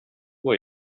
och